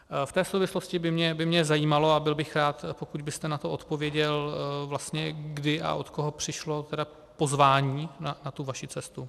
V té souvislosti by mě zajímalo a byl bych rád, pokud byste na to odpověděl, vlastně kdy a od koho přišlo tedy pozvání na tu vaši cestu.